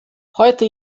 heute